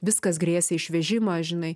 viskas grėsė išvežimą žinai